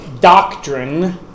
doctrine